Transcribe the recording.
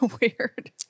weird